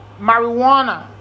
marijuana